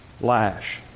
lash